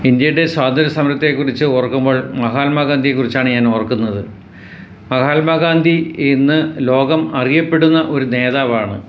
ഇന്ത്യയുടെ സ്വാതന്ത്ര്യ സമരത്തെക്കുറിച്ച് ഓർക്കുമ്പോഴ് മഹാത്മാഗാന്ധിയെക്കുറിച്ചാണ് ഞാൻ ഓർക്കുന്നത് മഹാത്മാഗാന്ധി ഇന്ന് ലോകം അറിയപ്പെടുന്ന ഒരു നേതാവാണ്